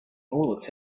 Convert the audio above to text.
bullets